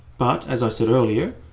but as i said earlier,